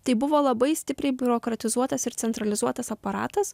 tai buvo labai stipriai biurokratizuotas ir centralizuotas aparatas